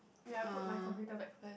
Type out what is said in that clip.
ya I put my computer back first